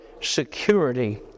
security